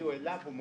תגיעו אליו, גם